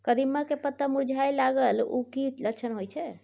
कदिम्मा के पत्ता मुरझाय लागल उ कि लक्षण होय छै?